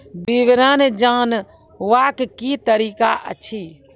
विवरण जानवाक की तरीका अछि?